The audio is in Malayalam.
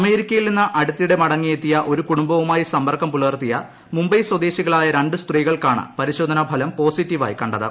അമേരിക്കയിൽ നിന്ന് അടുത്തിടെ മടങ്ങിയെത്തിയ ഒരു കുടുംബവുമായി സമ്പർക്കം പുലർത്തിയ മുംബൈ സ്വദേശികളായ സ്ത്രീകൾക്കാണ് പരിശോധനാ ഫലം പോസിറ്റീവായി കണ്ടത്